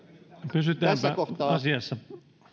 pysytäänpä asiassa